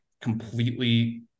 completely